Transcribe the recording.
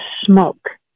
smoke